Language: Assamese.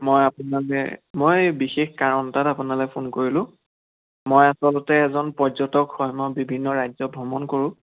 মই অকণমানে মই বিশেষ কাৰণ এটাত আপোনালৈ ফোন কৰিলোঁ মই আচলতে এজন পৰ্য্যটক হয় মই বিভিন্ন ৰাজ্য ভ্ৰমণ কৰোঁ